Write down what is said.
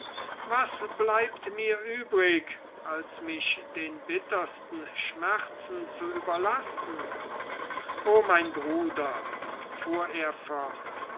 was bleibt mir übrig als mich den bittersten schmerzen zu überlassen o mein bruder